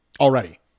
Already